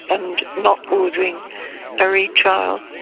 and not ordering a re-trial.